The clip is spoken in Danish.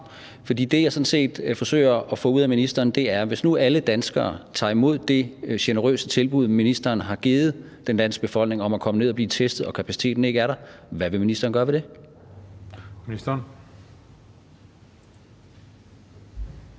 om. Det, jeg sådan set forsøger at få ud af ministeren, er: Hvis nu alle danskere tager imod det generøse tilbud, ministeren har givet den danske befolkning, om at komme ned at blive testet og kapaciteten ikke er der, hvad vil ministeren så gøre ved det?